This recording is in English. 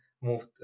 moved